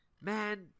man